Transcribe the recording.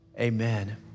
Amen